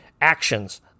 actions